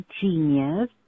genius